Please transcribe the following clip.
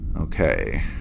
okay